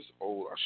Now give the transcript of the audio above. old